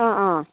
অঁ অঁ